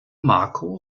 marco